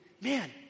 man